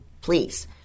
please